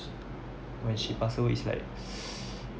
when she pass away it's like